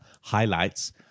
highlights